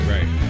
Right